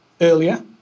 earlier